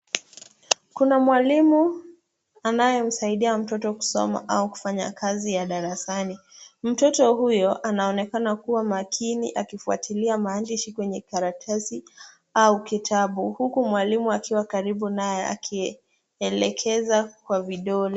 Kuna mwalimu, anayemsaidia mtoto kusoma au kufanya kazi ya darasani. Mtoto huyo anaonekana kuwa makini akifuatilia maandishi kwenye karatasi au kitabu, huku mwalimu akiwa karibu naye akielekeza kwa vidole.